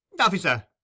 Officer